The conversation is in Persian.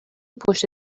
پشت